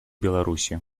беларуси